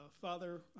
Father